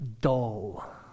dull